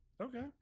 Okay